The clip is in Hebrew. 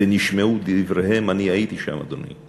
ונשמעו דבריהם, אני הייתי שם, אדוני,